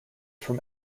from